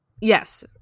Yes